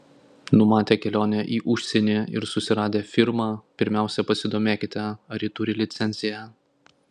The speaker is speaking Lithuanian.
numatę kelionę į užsienį ir susiradę firmą pirmiausia pasidomėkite ar ji turi licenciją